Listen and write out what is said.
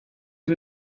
die